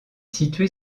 située